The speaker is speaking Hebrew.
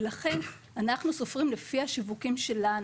ולכן אנחנו סופרים לפי השיווקים שלנו.